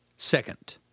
Second